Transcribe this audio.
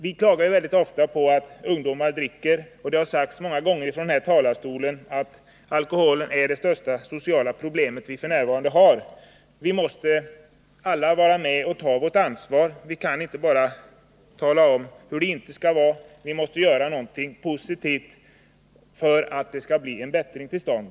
Vi klagar väldigt ofta över att ungdomar dricker, och det har sagts många gånger från den här talarstolen att alkoholmissbruket är vårt största problem f. n. Alla måste vara med och ta sitt ansvar. Vi kan inte bara tala om hur det inte skall vara, vi måste göra någonting positivt för att vi skall få en bättring till stånd.